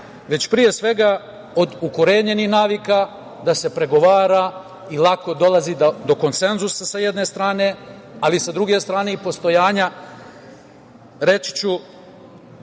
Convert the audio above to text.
već, pre svega, od ukorenjenih navika da se pregovara i ovako dolazi do konsenzusa, sa jedne strane, ali i sa druge strane i postojanja, reći ću,